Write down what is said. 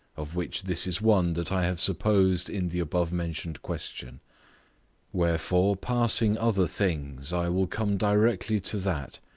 of which this is one that i have supposed in the above-mentioned question wherefore passing other things, i will come directly to that,